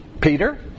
Peter